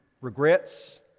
regrets